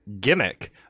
gimmick